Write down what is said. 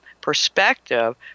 perspective